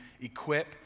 equip